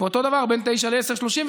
אותו דבר בין 09:00 ל-10:00,